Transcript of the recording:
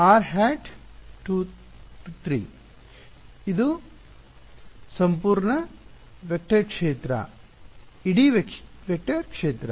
ವಿದ್ಯಾರ್ಥಿ ಸಂಪೂರ್ಣ ವೆಕ್ಟರ್ ಕ್ಷೇತ್ರ ಇಡೀ ವೆಕ್ಟರ್ ಕ್ಷೇತ್ರ